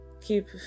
Keep